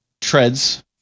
treads